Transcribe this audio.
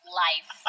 life